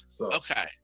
Okay